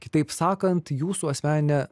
kitaip sakant jūsų asmeninė